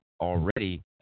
already